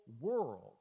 world